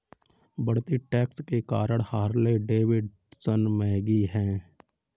बढ़ते टैक्स के कारण हार्ले डेविडसन महंगी हैं